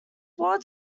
ward